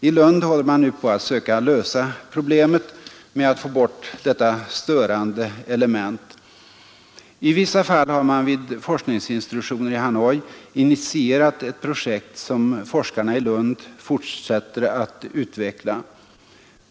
I Lund håller forskare nu på att söka lösa problemet med att få bort detta störande element. I vissa fall har man vid forskningsinstitutioner i Hanoi initierat ett projekt som forskarna i Lund fortsätter att utveckla.